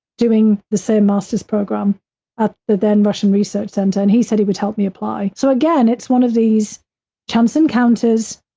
doing the same master's program at the then, russian research center. and he said he would help me apply. so again, it's one of these chance encounters.